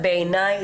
בעיניי,